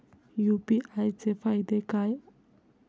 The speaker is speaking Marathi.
यु.पी.आय चे फायदे काय?